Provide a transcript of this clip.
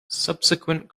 subsequent